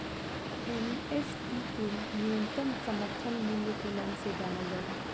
MSP के न्यूनतम समर्थन मूल्य के नाम से जानल जाला